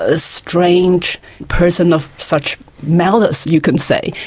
ah strange person of such malice, you could say,